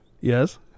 yes